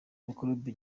mikorobe